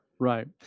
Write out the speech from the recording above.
Right